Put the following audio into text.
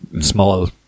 small